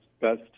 best